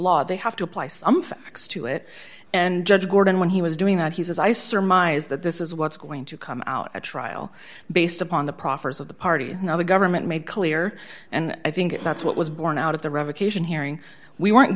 law they have to apply some facts to it and judge gordon when he was doing that he says i surmise that this is what's going to come out at trial based upon the proffers of the party now the government made clear and i think that's what was borne out of the revocation hearing we weren't